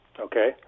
Okay